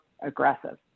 aggressive